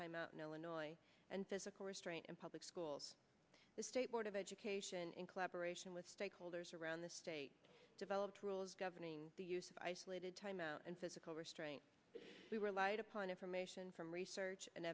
timeout no annoyed and physical restraint in public schools the state board of education in collaboration with stakeholders around the state developed rules governing the use of isolated timeout and physical restraint we relied upon information from research and